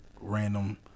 random